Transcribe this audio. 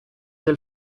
del